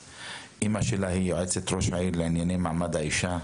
אימא שלה היא יועצת ראש העיר לענייני מעמד האישה,